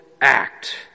act